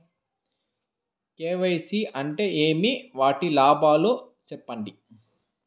KYC అంటే ఏమి? వాటి లాభాలు సెప్పండి?